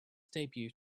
debut